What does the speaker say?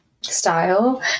style